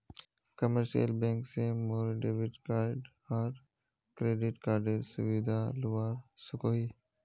commercial bank से मोर debit card आर क्रेडिट कार्डेर सुविधा लुआ सकोही